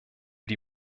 die